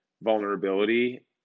vulnerability